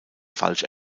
falsch